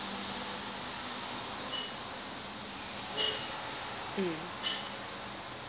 mm